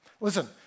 Listen